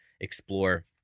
explore